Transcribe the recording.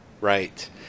Right